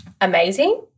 amazing